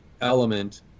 element